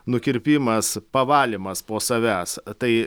nukirpimas pavalymas po savęs tai